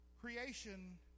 creation